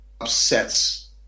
upsets